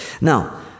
Now